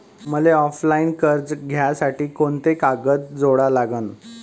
मले ऑफलाईन कर्ज घ्यासाठी कोंते कागद जोडा लागन?